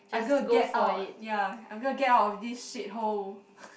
I gonna get out ya I'm gonna get out of this shit hole